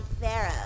pharaoh